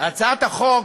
הצעת החוק,